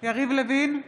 יריב לוין,